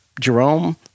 Jerome